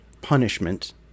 punishment